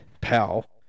pal